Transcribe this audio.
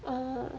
ah